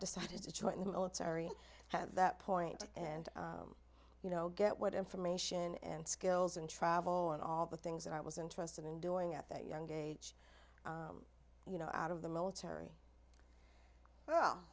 decided to join the military at that point and you know get what information and skills and travel and all the things that i was interested in doing at that young age you know out of the military